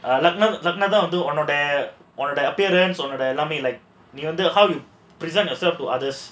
லக்கினம் லக்கினம் தான் வந்து உன்னோட உன்னோட:lakkinam lakkinam thaan vandhu unnoda unnoda appearance உன்னோட எல்லாமே:unnoda ellaamae how you present yourself to others